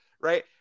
right